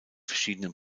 verschiedenen